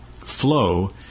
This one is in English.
Flow